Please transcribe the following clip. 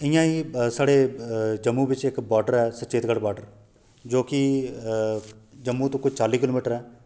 इयां गै साढ़े जम्मू बिच्च इक बाडर ऐ सुचेतगढ़ बाडर जो कि जम्मू तू कोई चाली किलोमिटर ऐ